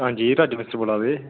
आं राजा मिस्त्री बोल्ला दे